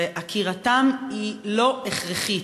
ועקירתם אינה הכרחית,